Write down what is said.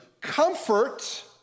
comfort